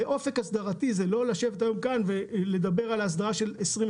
ואופק הסדרתי זה לא לשבת היום כאן ולדבר על ההסדרה של 2022,